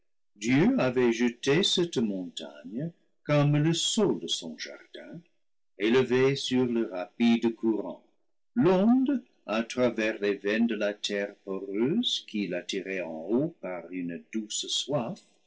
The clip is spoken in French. dieu avait jeté cette montagne comme le sol de son jardin élevé sur le rapide courant l'onde à travers les veines de la terre poreuse qui l'attirait en haut par une douce soif